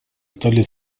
стали